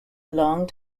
long